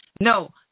No